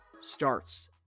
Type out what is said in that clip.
starts